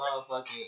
motherfucking